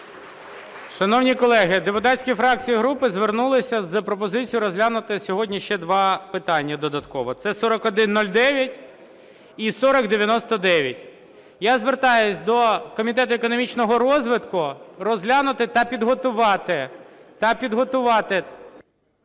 Шановні колеги, депутатські фракції і групи звернулись з пропозицією розглянути сьогодні ще два питання додаткових – це 4109 і 4099. Я звертаюсь до Комітету економічного розвитку розглянути та підготувати